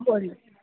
बरें